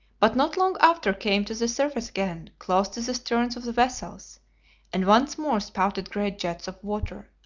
but not long after came to the surface again close to the sterns of the vessels and once more spouted great jets of water.